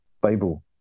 Bible